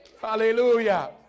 Hallelujah